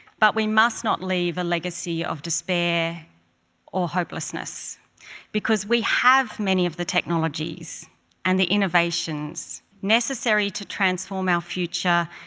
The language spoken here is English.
but we must not leave a legacy of despair or hopelessness because we have many of the technologies and the innovations necessary to transform our future,